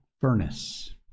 furnace